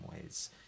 ways